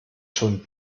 schon